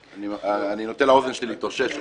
אני נותן לאוזן שלי להתאושש רגע.